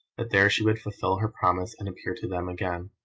that there she would fulfil her promise and appear to them again.